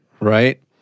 right